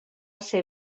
ser